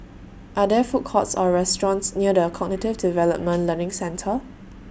Are There Food Courts Or restaurants near The Cognitive Development Learning Centre